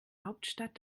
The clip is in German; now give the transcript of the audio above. hauptstadt